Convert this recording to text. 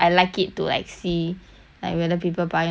like whether people buy or not but I see nobody buy also leh